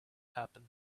happen